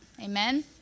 Amen